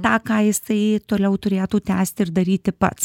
tą ką jisai toliau turėtų tęsti ir daryti pats